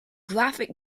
graphic